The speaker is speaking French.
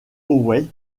howe